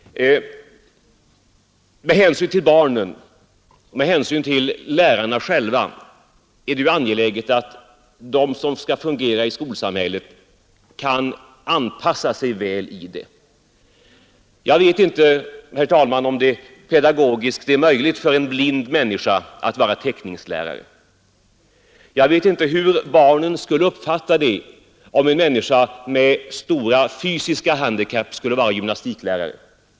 Med hänsyn till barnen och med hänsyn till lärarna själva är det ju angeläget att de som skall fungera i skolsamhället kan anpassa sig väl i det. Jag vet inte, herr talman, om det pedagogiskt är möjligt för en blind människa att vara teckningslärare. Jag vet inte hur barnen skulle uppfatta det om en människa med stora fysiska handikapp skulle vara gymnastiklärare.